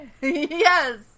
Yes